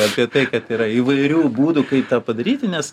apie tai kad yra įvairių būdų kaip tą padaryti nes